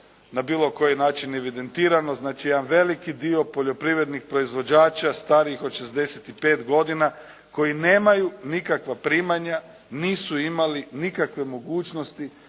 na bilo koji način evidentirano. Znači, jedan veliki dio poljoprivrednih proizvođača starijih od 65 godina koji nemaju nikakva primanja nisu imali nikakve mogućnosti